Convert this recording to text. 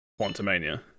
Quantumania